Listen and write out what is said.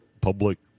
public